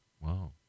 wow